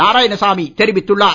நாராயணசாமி தெரிவித்துள்ளார்